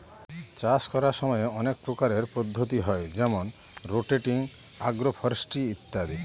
চাষ করার সময় অনেক প্রকারের পদ্ধতি হয় যেমন রোটেটিং, আগ্র ফরেস্ট্রি ইত্যাদি